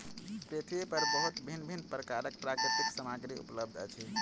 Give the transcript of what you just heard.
पृथ्वी पर बहुत भिन्न भिन्न प्रकारक प्राकृतिक सामग्री उपलब्ध अछि